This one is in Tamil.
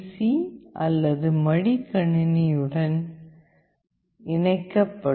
சி அல்லது மடிக்கணினியுடன் இணைக்கப்படும்